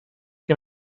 que